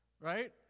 right